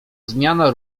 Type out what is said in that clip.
zmiana